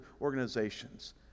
organizations